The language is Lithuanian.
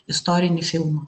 istorinį filmą